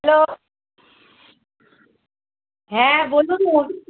hello হ্যাঁ বলুন